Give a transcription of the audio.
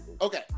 Okay